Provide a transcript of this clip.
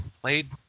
played